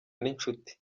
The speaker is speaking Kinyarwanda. n’inshuti